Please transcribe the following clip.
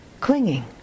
clinging